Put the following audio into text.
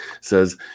says